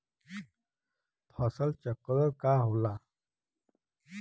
फसल चक्रण का होला?